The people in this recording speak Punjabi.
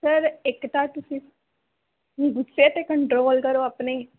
ਸਰ ਇੱਕ ਤਾਂ ਤੁਸੀਂ ਗੁੱਸੇ 'ਤੇ ਕੰਟਰੋਲ ਕਰੋ ਆਪਣੇ